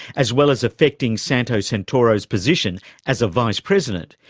as well as affecting santo santoro's position as a vice president,